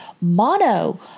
Mono